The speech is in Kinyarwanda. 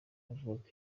avuga